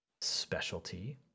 specialty